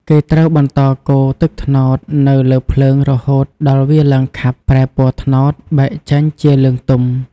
គេត្រូវបន្តកូរទឹកត្នោតនៅលើភ្លើងរហូតដល់វាឡើងខាប់ ប្រែពណ៌ត្នោតបែកចេញជាលឿងទុំ។